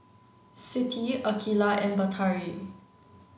Siti Aqilah and Batari